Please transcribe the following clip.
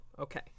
okay